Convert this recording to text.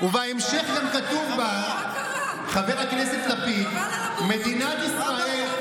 ובהמשך גם כתוב בה, חבר הכנסת לפיד: "מדינת ישראל,